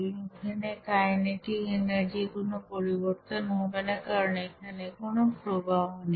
এবং এখানে কাইনেটিক এনার্জির কোনো পরিবর্তন হবে না কারণ এখানে কোন প্রবাহ নেই